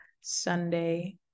Sunday